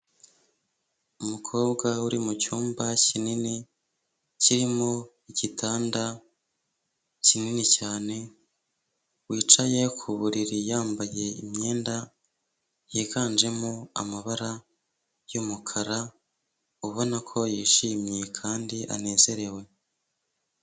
Umukobwa uri mu cyumba kinini kirimo igitanda kinini cyane wicaye ku buriri yambaye imyenda yiganjemo amabara y'umukara ubona ko yishimye kandi anezerewe.